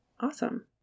Awesome